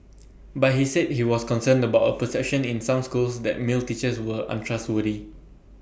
but he said he was concerned about A perception in some schools that male teachers were untrustworthy